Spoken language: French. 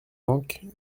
manquent